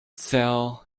sell